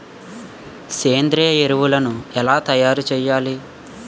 సేంద్రీయ ఎరువులు ఎలా తయారు చేయాలి?